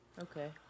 Okay